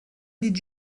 did